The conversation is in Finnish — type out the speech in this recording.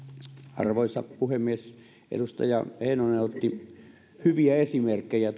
arvoisa puhemies edustaja heinonen otti hyviä esimerkkejä